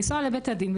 לנסוע לבית הדין,